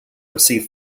receive